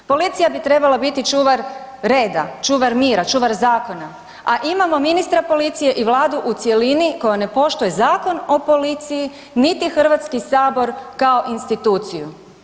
Policija bi trebala biti čuvar reda, čuvar mira, čuvar zakona, a imamo ministra policije i vladu u cjelini koja ne poštuje Zakon o policiji, niti HS kao instituciju.